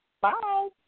Bye